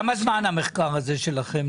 כמה זמן יארך המחקר הזה שלכם?